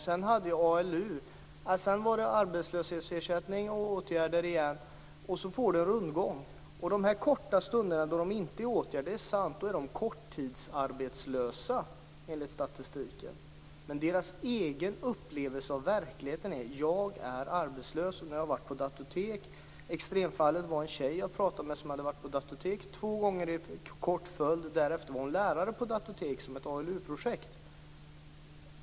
Sedan hade jag ALU. Sedan var det arbetslöshetsersättning och åtgärder igen. På det sättet blir det en rundgång. Den korta tid som de här ungdomarna inte är i åtgärd är de, det är sant, korttidsarbetslösa - enligt statistiken. Men deras egen upplevelse av verkligheten är: Jag är arbetslös. Nu har jag varit på datortek. Extremfallet är en tjej som jag pratat med. Hon hade varit på datortek två gånger i tät följd. Därefter var hon lärare på ett datortek, som ett ALU-projekt.